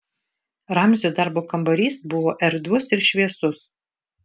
ramzio darbo kambarys buvo erdvus ir šviesus